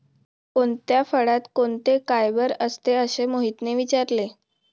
कोणत्या फळात कोणते फायबर असते? असे मोहितने विचारले